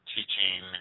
Teaching